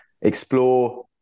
explore